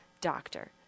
doctor